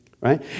right